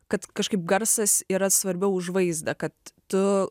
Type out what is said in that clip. kad kažkaip garsas yra svarbiau už vaizdą kad tu